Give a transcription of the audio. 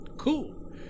Cool